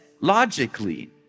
logically